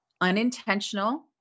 unintentional